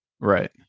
right